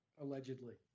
Allegedly